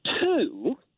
two